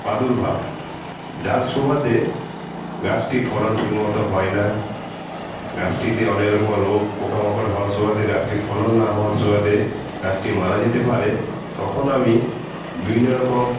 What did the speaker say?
প্রাদুর্ভাব যার সুবাদে গাছটির ফলন ঠিকমতো হয় না গাছটিতে অনেকরকম রোগ পোকামাকড় হওয়ার সুবাদে গাছটির ফলন না হওয়ার সুবাদে গাছটি মারা যেতে পারে তখন আমি বিভিন্ন রকম